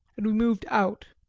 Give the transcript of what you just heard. and we moved out.